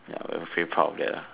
ya we were very proud of that ah